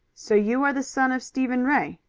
so you are the son of stephen ray?